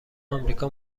امریکا